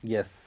Yes